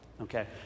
okay